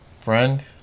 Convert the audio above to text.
friend